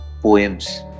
poems